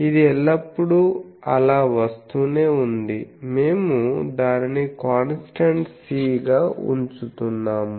ఇది ఎల్లప్పుడూ అలా వస్తూనే ఉంది మేము దానిని కాన్స్టాంట్ C గా ఉంచుతున్నాము